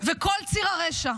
וכל ציר הרשע.